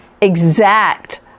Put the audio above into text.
exact